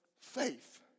faith